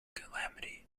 calamity